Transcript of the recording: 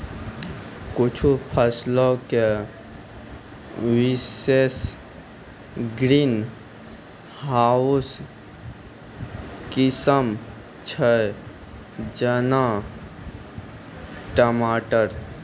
कुछु फसलो के विशेष ग्रीन हाउस किस्म छै, जेना टमाटर